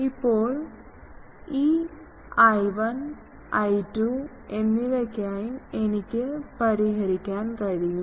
ഇപ്പോൾ ഈ I1 I2 എന്നിവയ്ക്കായി എനിക്ക് പരിഹരിക്കാൻ കഴിയും